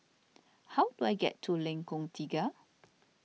how do I get to Lengkong Tiga